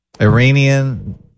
Iranian